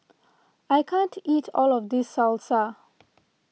I can't eat all of this Salsa